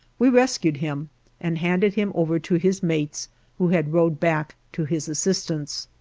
we rescued him and handed him over to his mates who had rowed back to his assistance.